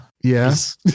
yes